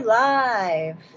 live